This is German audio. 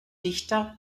dichter